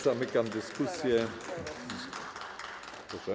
Zamykam dyskusję.